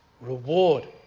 reward